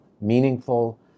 meaningful